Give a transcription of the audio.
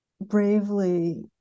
bravely